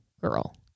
girl